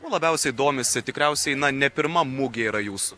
o labiausiai domisi tikriausiai ne pirma mugė yra jūsų